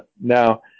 Now